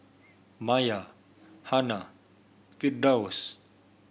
Maya Hana Firdaus